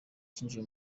cyinjiye